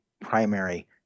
primary